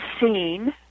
seen